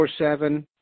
24-7